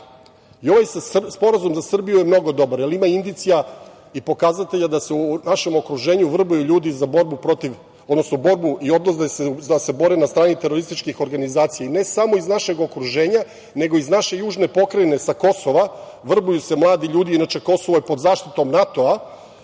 akta. Ovaj sporazum za Srbiju je mnogo dobar, jer ima indicija i pokazatelja da se u našem okruženju vrbuju ljudi za borbu i odvode se da se bore na strani terorističkih organizacija, ne samo iz našeg okruženja, nego iz naše južne pokrajine, sa Kosova se vrbuju mladi ljudi. Inače, Kosovo je pod zaštitom NATO-a.